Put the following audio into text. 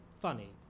funny